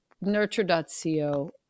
nurture.co